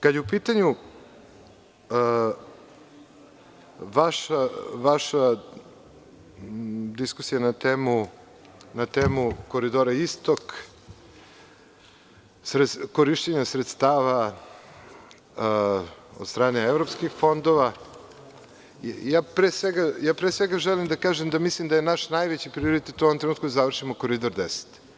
Kada je u pitanju vaša diskusija na temu Koridora Istok, korišćenja sredstava od strane evropskih fondova, pre svega, želim da kažem da mislim da je naš najveći prioritet u ovom trenutku da završimo Koridor 10.